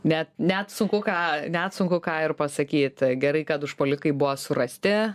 net net sunku ką net sunku ką ir pasakyt gerai kad užpuolikai buvo surasti